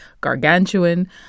gargantuan